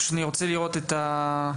אני רוצה לראות את ההשתכללות.